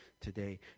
today